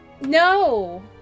No